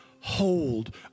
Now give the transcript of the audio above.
hold